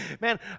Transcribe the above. man